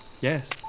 Yes